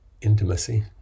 intimacy